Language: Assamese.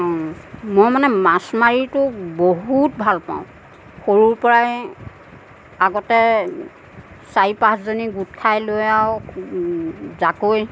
মই মানে মাছ মাৰিতো বহুত ভাল পাওঁ সৰুৰ পৰাই আগতে চাৰি পাঁচজনী গোট খাই লৈ আৰু জাকৈ